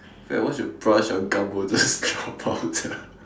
it's like once you brush your gum will just drop out